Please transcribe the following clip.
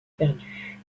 perdue